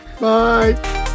bye